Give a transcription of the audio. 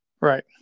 right